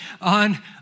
on